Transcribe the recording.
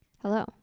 hello